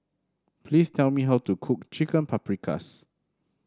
please tell me how to cook Chicken Paprikas